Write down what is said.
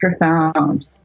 profound